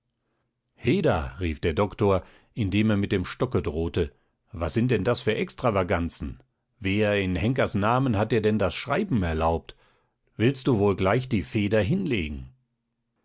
heda rief der doktor indem er mit dem stocke drohte was sind denn das für extravaganzen wer ins henkers namen hat dir denn das schreiben erlaubt willst du wohl gleich die feder hinlegen